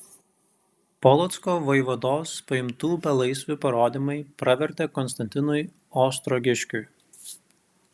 polocko vaivados paimtų belaisvių parodymai pravertė konstantinui ostrogiškiui